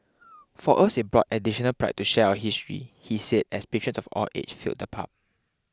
for us it brought additional pride to share our history he said as patrons of all ages filled the pub